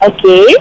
Okay